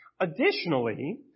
Additionally